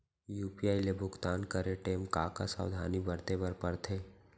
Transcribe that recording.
UPI ले भुगतान करे टेम का का सावधानी बरते बर परथे